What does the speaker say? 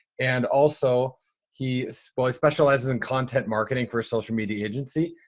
and also he specializes in content marketing for a social media agency.